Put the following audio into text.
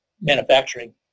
manufacturing